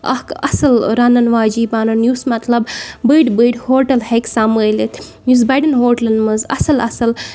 اکھ اَصٕل رَنن واجِن بَنُن یُس مطلب بٔڑۍ بٔڑۍ ہوٹل ہیٚکہِ سَمبٲلِتھ یُس بَڑین ہوٹلن منٛز اَصٕل اَصٕل